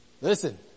Listen